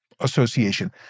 association